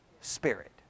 spirit